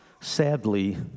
sadly